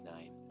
name